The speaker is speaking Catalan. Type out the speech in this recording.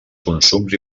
consums